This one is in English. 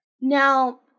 Now